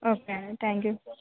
okay అండి thank you